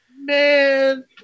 Man